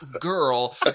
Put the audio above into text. girl